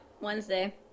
Wednesday